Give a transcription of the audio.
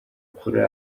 kuri